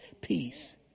peace